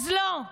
אז לא,